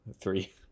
three